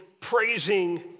praising